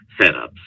setups